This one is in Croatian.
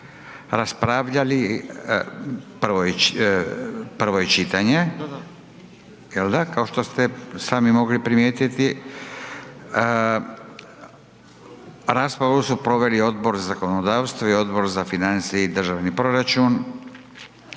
Da, da/…jel da kao što ste sami mogli primijetiti. Raspravu su proveli Odbor za zakonodavstvo i Odbor za financije i državni proračun.